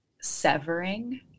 severing